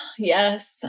Yes